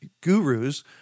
gurus